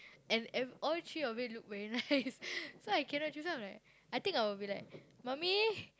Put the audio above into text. and ev~ all three of it look very nice so I cannot choose so I'm like I think I will be like mummy